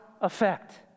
effect